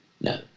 No